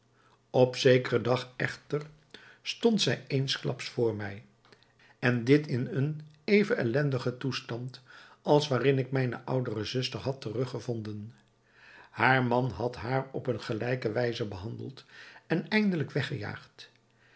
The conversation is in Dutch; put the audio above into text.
op zekeren dag echter stond zij eensklaps voor mij en dit in een even ellendigen toestand als waarin ik mijne oudere zuster had teruggevonden haar man had haar op eene gelijke wijze behandeld en eindelijk weggejaagd